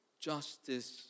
Justice